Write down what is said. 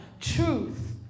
Truth